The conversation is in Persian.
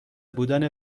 بودن